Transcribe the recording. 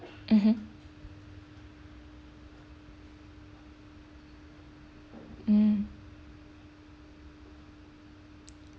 mmhmm mm